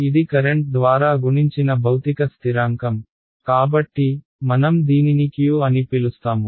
ఇది కరెంట్ ద్వారా గుణించిన భౌతిక స్థిరాంకం కాబట్టి మనం దీనిని Q అని పిలుస్తారు